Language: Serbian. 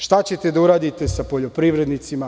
Šta ćete da uradite sa poljoprivrednicima?